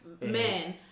men